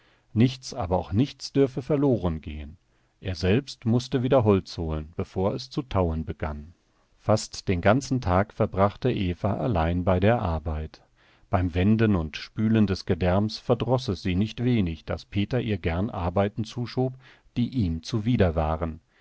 nichts aber auch nichts dürfe verloren gehen er selbst mußte wieder holz holen bevor es zu tauen begann fast den ganzen tag verbrachte eva allein bei der arbeit beim wenden und spülen des gedärms verdroß es sie nicht wenig daß peter ihr gern arbeiten zuschob die ihm zuwider waren